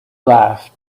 laughed